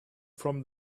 from